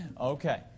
Okay